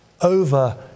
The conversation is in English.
over